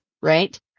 Right